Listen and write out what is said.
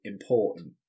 important